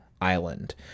island